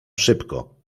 szybko